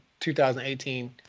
2018